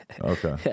Okay